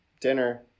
dinner